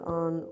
on